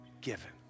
given